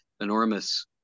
enormous